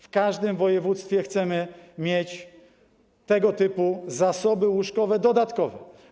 W każdym województwie chcemy mieć tego typu zasoby łóżkowe dodatkowo.